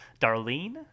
Darlene